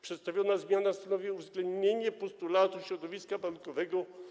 Przedstawiona zmiana stanowi uwzględnienie postulatu środowiska bankowego.